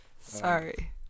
Sorry